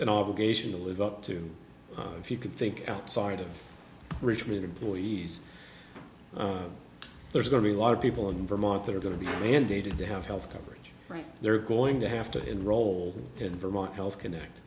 an obligation to live up to if you could think outside of richmond employees there's going to be a lot of people in vermont that are going to be mandated to have health coverage right they're going to have to enroll in vermont health connect